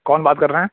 کون بات کر رہے ہیں